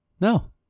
no